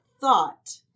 thought